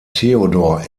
theodor